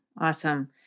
Awesome